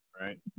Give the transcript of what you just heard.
right